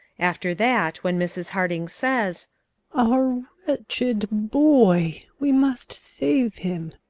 after that when mrs. harding says our wretched boy, we must save him,